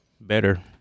better